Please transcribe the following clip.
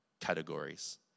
categories